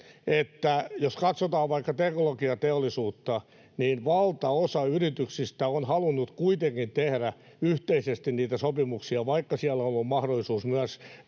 jos katsotaan vaikka teknologiateollisuutta, niin valtaosa yrityksistä on halunnut kuitenkin tehdä yhteisesti niitä sopimuksia, vaikka siellä on ollut mahdollisuus myös